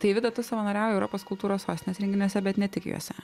tai vida tu savanoriauji europos kultūros sostinės renginiuose bet ne tik juose